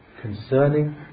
concerning